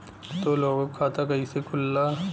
दो लोगक खाता कइसे खुल्ला?